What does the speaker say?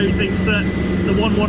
thinks that the one one